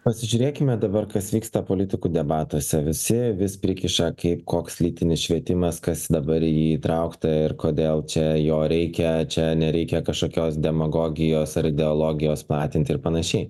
pasižiūrėkime dabar kas vyksta politikų debatuose visi vis prikiša kaip koks lytinis švietimas kas dabar į jį įtraukta ir kodėl čia jo reikia čia nereikia kažkokios demagogijos ar ideologijos platinti ir panašiai